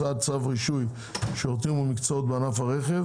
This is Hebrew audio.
הצעת צו רישוי שירותים ומקצועות בענף הרכב